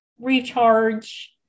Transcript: recharge